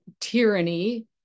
tyranny